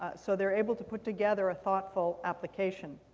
so they're able to put together a thoughtful application.